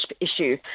issue